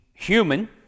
human